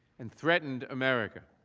and threatened america.